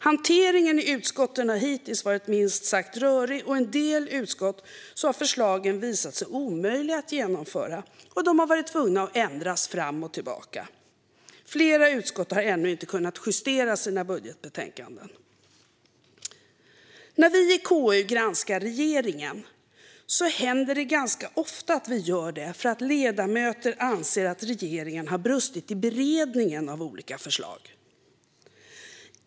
Hanteringen i utskotten har hittills varit minst sagt rörig. I en del utskott har förslagen visat sig omöjliga att genomföra, och man har varit tvungen att ändra dem fram och tillbaka. Flera utskott har ännu inte kunnat justera sina budgetbetänkanden. När vi i KU granskar regeringen gör vi det ganska ofta för att ledamöter anser att regeringen har brustit i beredningen av olika förslag.